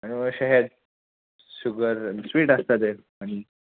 आनी अशें हें शुगर स्वीट आसता ते हनी